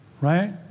Right